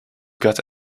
got